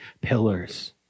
pillars